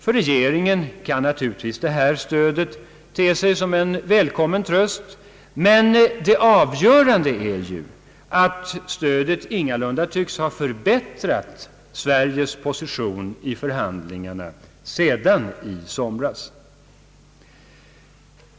För regeringen kan naturligtvis detta stöd te sig som en välkommen tröst, men det avgörande är att stödet ingalunda tycks ha förbättrat Sveriges position i förhandlingarna sedan i somras.